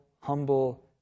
humble